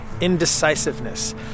indecisiveness